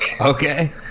Okay